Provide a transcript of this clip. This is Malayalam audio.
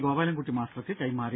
ഗോപാലൻകുട്ടി മാസ്റ്റർക്ക് കൈമാറി